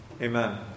Amen